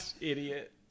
idiot